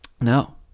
no